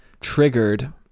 triggered